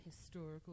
Historical